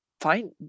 fine